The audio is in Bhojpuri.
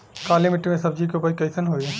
काली मिट्टी में सब्जी के उपज कइसन होई?